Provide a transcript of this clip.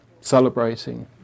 celebrating